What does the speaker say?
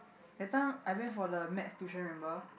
that time I went for the Math tuition remember